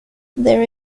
there